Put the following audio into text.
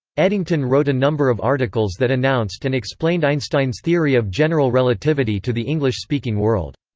eddington wrote a number of articles that announced and explained einstein's theory of general relativity to the english-speaking world.